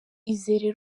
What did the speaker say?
izere